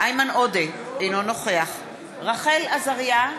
איימן עודה, אינו נוכח רחל עזריה,